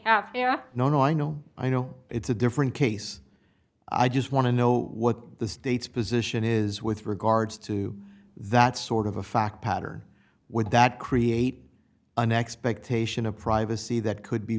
we have no no i know i know it's a different case i just want to know what the state's position is with regards to that sort of a fact pattern would that create an expectation of privacy that could be